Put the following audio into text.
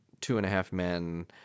Two-and-a-half-men